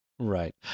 Right